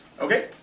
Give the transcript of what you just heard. Okay